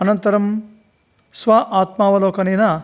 अनन्तरं स्व आत्मावलोकनेन